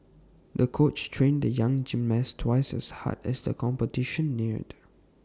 the coach trained the young gymnast twice as hard as the competition neared